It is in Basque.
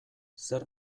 zer